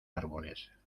árboles